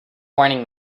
pointing